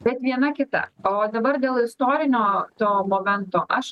bet viena kita o dabar dėl istorinio to momento aš